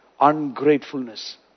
ungratefulness